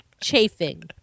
chafing